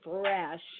fresh